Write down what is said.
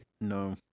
No